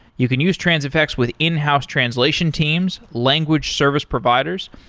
you can use transifex with in-house translation teams, language service providers.